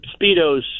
Speedos